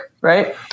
right